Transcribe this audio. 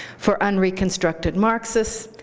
for and reconstructed marxists,